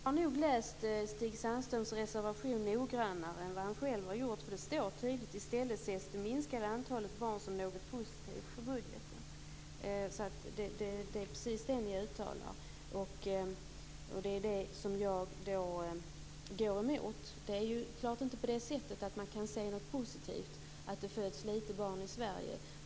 Herr talman! Jag har nog läst Stig Sandström reservation noggrannare än vad han själv har gjort, för det står tydligt: I stället ses det minskade antalet barn som något positivt för budgeten. Det är detta som jag går emot. Det är klart att man inte kan se något positivt i att det föds få barn i Sverige.